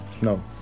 No